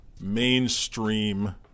mainstream